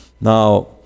Now